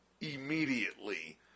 immediately